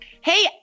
Hey